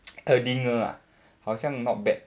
Erdinger ah 好像 not bad